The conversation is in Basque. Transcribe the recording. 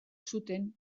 zuten